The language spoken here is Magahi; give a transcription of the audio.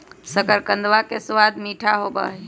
शकरकंदवा के स्वाद मीठा होबा हई